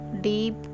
deep